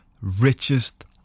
richest